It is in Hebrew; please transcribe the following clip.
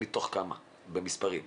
מתוך כמה, במספרים.